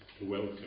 welcome